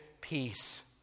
peace